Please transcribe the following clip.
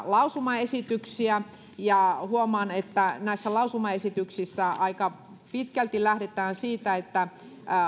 lausumaesityksiä ja huomaan että näissä lausumaesityksissä aika pitkälti lähdetään siitä että